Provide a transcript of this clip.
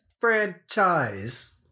franchise